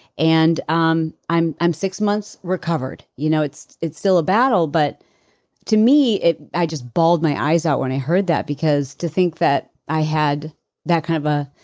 and um i'm i'm six months recovered. you know it's it's still a battle. but to me, i just balled my eyes out when i heard that because to think that i had that kind of a.